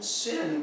sin